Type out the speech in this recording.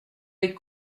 les